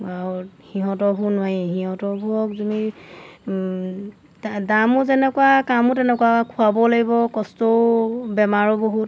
আৰু সিহঁতৰবোৰ নোৱাৰি সিহঁতৰবোৰক তুমি দামো যেনেকুৱা কামো তেনেকুৱা খুৱাব লাগিব কষ্টও বেমাৰো বহুত